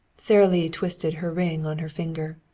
sara lee twisted her ring on her finger.